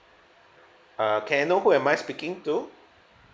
uh can I know who am I speaking to